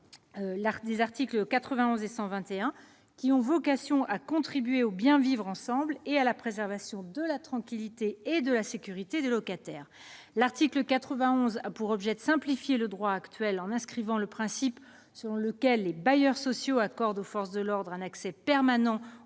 L'article 91 a pour objet de simplifier le droit actuel en inscrivant le principe selon lequel les bailleurs sociaux accordent aux forces de l'ordre un accès permanent aux